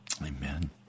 Amen